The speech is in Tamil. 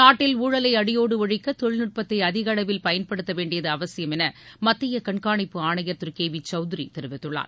நாட்டில் ஊழலை அடியோடு ஒழிக்க தொழில்நுட்பத்தை அதிக அளவில் பயன்படுத்தவேண்டியது அவசியம் என மத்திய கண்காணிப்பு ஆணையர் திரு கே வி சவுத்ரி தெரிவித்துள்ளார்